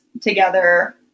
together